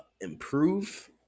improve